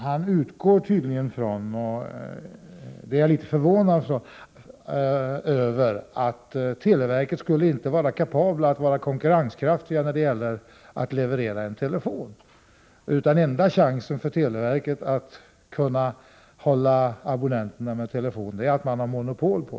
Han utgår tydligen från — och det är jag litet förvånad över — att televerket inte skulle vara konkurrenskraftigt när det gäller att leverera en telefon. Enda chansen för televerket att kunna hålla abonnenterna med telefon skulle vara att man hade monopol.